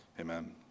Amen